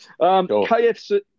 KFC